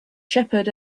shepherd